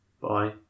bye